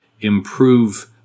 improve